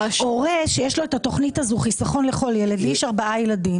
לי יש ארבעה ילדים.